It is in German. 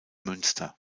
münster